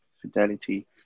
fidelity